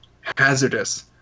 hazardous